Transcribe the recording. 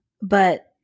but-